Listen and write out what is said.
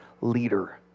leader